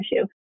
issue